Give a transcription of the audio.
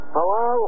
Hello